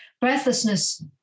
Breathlessness